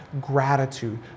gratitude